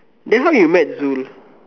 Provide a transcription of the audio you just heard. then where you met Zul